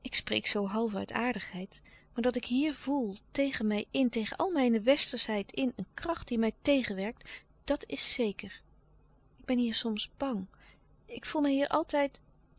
ik spreek zoo half uit aardigheid maar dat ik hier voel tegen mij in tegen al mijne westerschheid in een kracht die mij tegenwerkt dat is zeker ik ben hier soms bang ik voel mij hier altijd